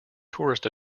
tourist